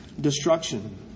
destruction